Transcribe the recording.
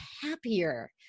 happier